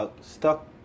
stuck